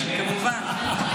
כמובן.